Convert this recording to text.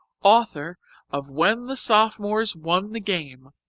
author of when the sophomores won the game.